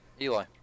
Eli